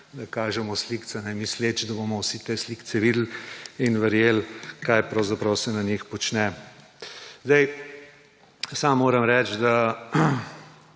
ko kažemo slikce, misleč, da bomo vsi te slikce videli in verjeli, kaj pravzaprav se na njih počne. Sam moram reči, da